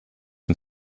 and